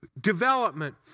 development